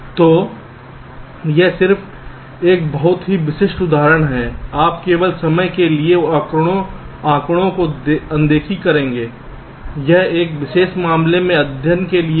तो यह सिर्फ एक बहुत ही विशिष्ट उदाहरण है आप केवल समय के लिए आंकड़ों की अनदेखी करेंगे यह एक विशेष मामले के अध्ययन के लिए है